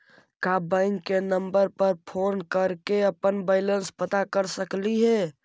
का बैंक के नंबर पर फोन कर के अपन बैलेंस पता कर सकली हे?